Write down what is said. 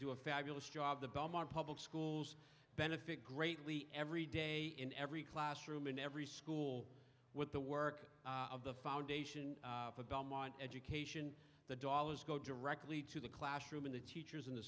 do a fabulous job the belmont public schools benefit greatly every day in every classroom in every school with the work of the foundation for belmont education the dollars go directly to the classroom and the teachers in the